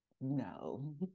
No